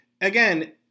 again